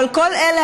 אבל כל אלה,